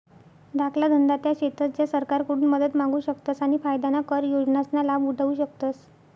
धाकला धंदा त्या शेतस ज्या सरकारकडून मदत मांगू शकतस आणि फायदाना कर योजनासना लाभ उठावु शकतस